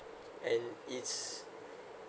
and it's